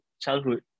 childhood